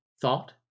thought